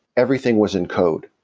everything was in code,